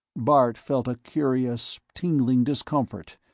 bart felt a curious tingling discomfort,